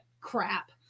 crap